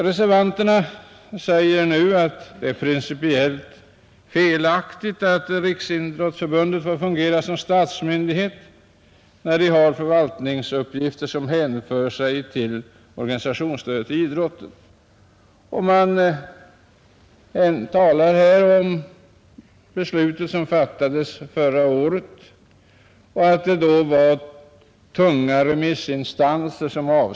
Reservanterna anser det nu principiellt felaktigt att Riksidrottsförbundet får fungera som statsmyndighet när dess styrelse har hand om förvaltningsuppgifter som hänför sig till organisationsstödet till idrotten. De framhåller att denna ordning beslöts av förra årets riksdag trots att den avstyrkts av tunga remissinstanser.